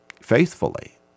faithfully